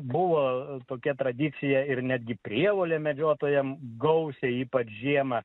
buvo tokia tradicija ir netgi prievolė medžiotojam gausiai ypač žiemą